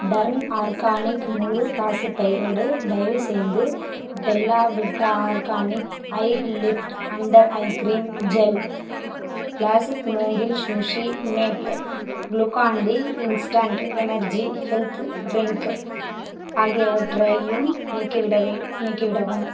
turn organic முழு பாசிப்பயிரோடு தயவுசெய்து பெல்லா விட்டா organic eye lift under eye cream gel classic மூங்கில் sushi mat Glucon D instant energy health drink ஆகியவற்றையும் நீக்கிவிட நீக்கிவிடவும்